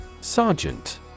Sergeant